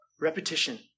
repetition